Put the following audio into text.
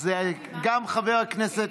אז גם חבר הכנסת,